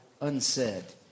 unsaid